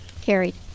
Carried